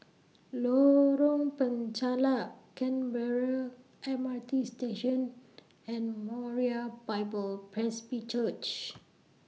Lorong Penchalak Canberra M R T Station and Moriah Bible Presby Church